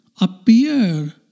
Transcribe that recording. appear